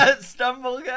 Stumble